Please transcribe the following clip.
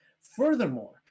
Furthermore